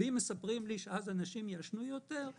אם מספרים לי שאז אנשים יעשנו יותר,